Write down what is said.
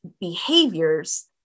behaviors